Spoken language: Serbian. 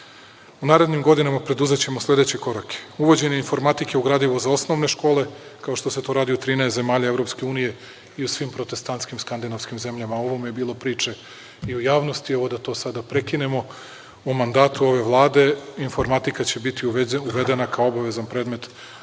narednim godinama preduzećemo sledeće korake – uvođenje informatike u gradivo za osnovne škole, kao što se to radi u 13 zemalja EU i u svim protestantskim skandinavskim zemljama. O ovome je bilo priče i u javnosti, evo da to sada prekinemo, u mandatu ove Vlade, informatika će biti uvedena kao obavezan predmet